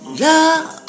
love